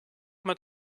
met